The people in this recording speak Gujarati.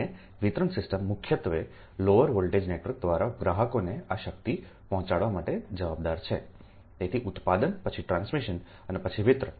અને વિતરણ સિસ્ટમ મુખ્યત્વે લોઅર વોલ્ટેજનેટવર્કદ્વારા ગ્રાહકોને આ શક્તિ પહોંચાડવા માટે જવાબદાર છે તેથી ઉત્પાદન પછી ટ્રાન્સમિશન અને પછી વિતરણ